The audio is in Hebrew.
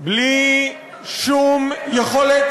בלי שום יכולת,